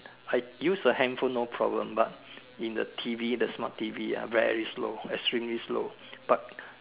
I use the handphone no problem but in the T_V the smart T_V ah very slow extremely slow but